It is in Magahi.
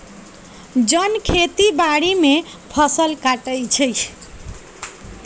जन खेती बाड़ी में फ़सल काटइ छै